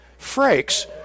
Frakes